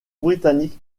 britannique